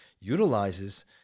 utilizes